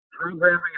programming